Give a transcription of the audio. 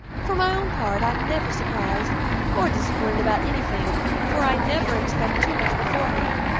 for my own part, i am never surprised or disappointed about anything, for i never expect too much beforehand.